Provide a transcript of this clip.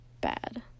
bad